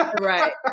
Right